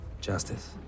justice